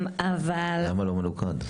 למה לא מנוקד?